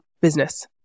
business